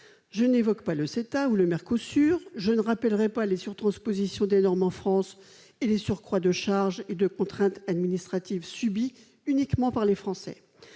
Je n'évoquerai pas le CETA ou le Mercosur. Je ne rappellerai pas les surtranspositions des normes en France ni les surcroîts de charges et de contraintes administratives subies uniquement par les Français.